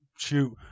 shoot